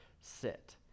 sit